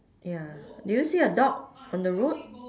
ya do you see a dog on the road